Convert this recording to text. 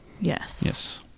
Yes